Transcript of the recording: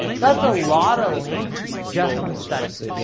that's a lot of links just from studies.